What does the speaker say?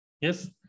Yes